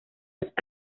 los